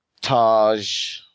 Taj